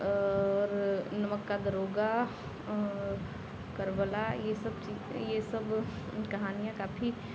और नमक का दरोगा और कर्बला यह सब चीज़ यह सब इन कहानियाँ काफी